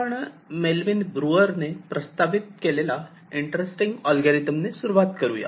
आपण मेलविन ब्रुअरने प्रस्तावित केलेला इंटरेस्टिंग ऍलगोरिदम ने सुरुवात करुया